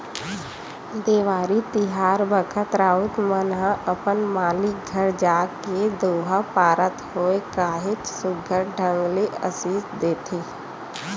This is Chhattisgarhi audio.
देवारी तिहार बखत राउत मन ह अपन मालिक घर जाके दोहा पारत होय काहेच सुग्घर ढंग ले असीस देथे